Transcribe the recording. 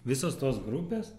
visos tos grupės